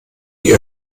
die